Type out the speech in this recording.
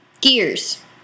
Gears